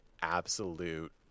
absolute